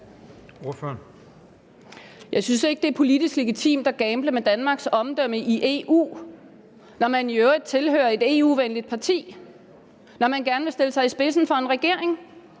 Jeg synes ikke, det er politisk legitimt at gamble med Danmarks omdømme i EU, når man i øvrigt tilhører et EU-venligt parti, når man gerne vil stille sig i spidsen for en regering,